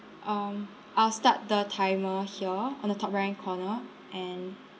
um I'll start the timer here on the top right hand corner and